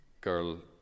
girl